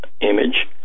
image